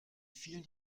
vielen